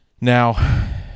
Now